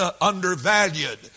undervalued